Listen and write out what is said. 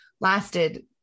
lasted